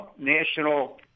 national